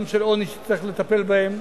גם של עוני, שצריך לטפל בהם,